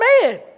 man